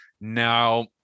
Now